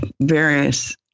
various